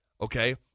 Okay